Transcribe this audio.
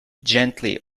gently